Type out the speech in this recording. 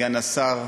סגן השר,